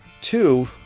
two